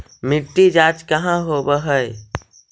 मिट्टी जाँच कहाँ होव है?